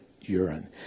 urine